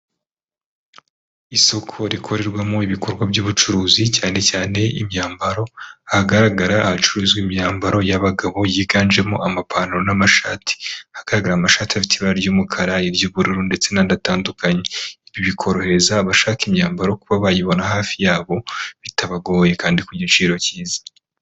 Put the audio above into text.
Isoko rikorerwamo ibikorwa by'ubucuruzi cyane cyane imyambaro hagaragara hacururizwa imyambaro y'abagabo yiganjemo amapantaro n'amashati hagaragara amashati y'ibara ry'umukara ni ry'ubururu ndetse n'adatandukanye bikorohereza abashaka imyambaro kuba bayibona hafi yabo bitabagoye kandi ku giciro cyiza.